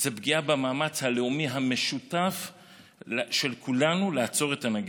זאת פגיעה במאמץ הלאומי המשותף של כולנו לעצור את הנגיף.